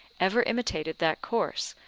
ever imitated that course,